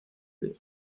live